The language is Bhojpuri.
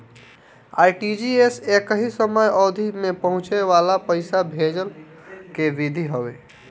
आर.टी.जी.एस एकही समय अवधि में पहुंचे वाला पईसा भेजला के विधि हवे